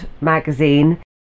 magazine